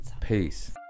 Peace